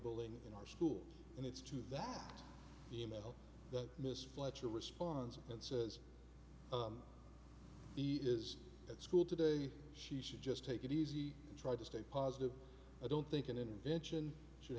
bullying in our school and it's to that e mail that miss fletcher responds and says he is at school today she should just take it easy and try to stay positive i don't think an intervention should